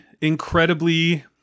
incredibly